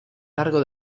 largo